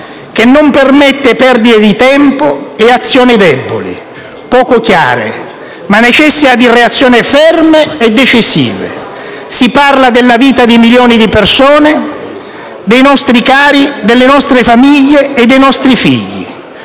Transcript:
che non permette perdite di tempo e azioni deboli, poco chiare, ma necessita di reazioni ferme e decisive. Si parla della vita di milioni di persone, dei nostri cari, delle nostre famiglie e dei nostri figli.